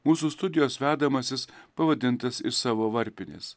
mūsų studijos vedamasis pavadintas iš savo varpinės